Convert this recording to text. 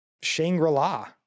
Shangri-La